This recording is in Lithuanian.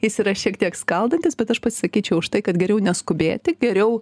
jis yra šiek tiek skaldantis bet aš pasisakyčiau už tai kad geriau neskubėti geriau